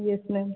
yes ma'am